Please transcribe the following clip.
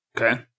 okay